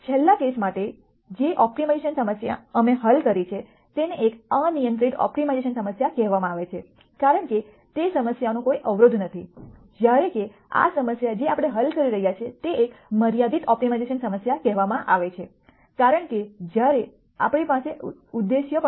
છેલ્લા કેસ માટે જે ઓપ્ટિમાઇઝેશન સમસ્યા અમે હલ કરી છે તેને એક અનિયંત્રિત ઓપ્ટિમાઇઝેશન સમસ્યા કહેવામાં આવે છે કારણ કે તે સમસ્યાનો કોઈ અવરોધ નથી જ્યારે કે આ સમસ્યા જે આપણે હલ કરી રહ્યા છીએ તે એક મર્યાદિત ઓપ્ટિમાઇઝેશન સમસ્યા કહેવામાં આવે છે કારણ કે જ્યારે આપણી પાસે ઉદ્દેશ્ય પણ છે